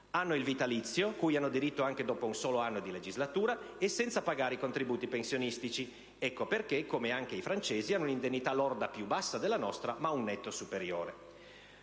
hanno il vitalizio, cui hanno diritto anche dopo un solo anno di legislatura, senza pagare i contributi pensionistici. Ecco perché, come anche i francesi, hanno un'indennità lorda più bassa della nostra, ma un netto superiore.